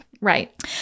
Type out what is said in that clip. Right